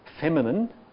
feminine